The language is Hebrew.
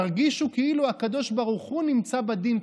תרגישו כאילו הקדוש ברוך הוא נמצא בדין,